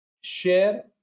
share